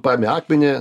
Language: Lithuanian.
paimi akmenį